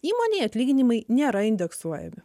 įmonėj atlyginimai nėra indeksuojami